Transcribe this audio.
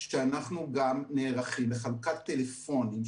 שאנחנו גם נערכים לחלוקת טלפונים,